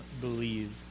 believe